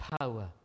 power